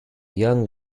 young